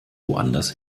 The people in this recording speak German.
woanders